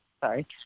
Sorry